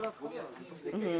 מסכים לקיים